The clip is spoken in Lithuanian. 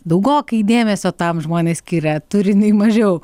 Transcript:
daugokai dėmesio tam žmonės skiria turi nei mažiau